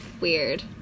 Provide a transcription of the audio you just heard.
Weird